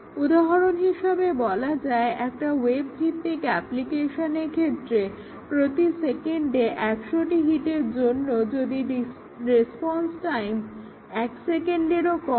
উদাহরণ হিসেবে বলা যায় একটা ওয়েব ভিত্তিক অ্যাপ্লিকেশনের ক্ষেত্রে প্রতি সেকেন্ডে 100টি হিটের জন্য সিস্টেমটি রেসপন্স টাইম 1 সেকেণ্ডেরও কম